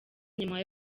nyuma